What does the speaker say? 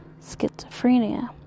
schizophrenia